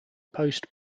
post